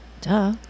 Duh